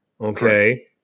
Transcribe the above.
Okay